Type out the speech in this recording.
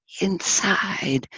inside